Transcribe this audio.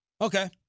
Okay